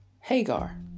Hagar